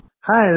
Hi